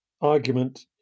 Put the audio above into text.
argument